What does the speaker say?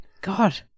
God